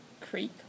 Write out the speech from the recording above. Creek